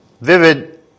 vivid